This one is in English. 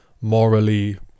morally